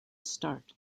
start